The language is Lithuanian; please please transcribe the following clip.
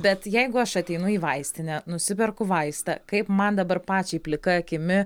bet jeigu aš ateinu į vaistinę nusiperku vaistą kaip man dabar pačiai plika akimi